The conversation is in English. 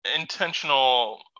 intentional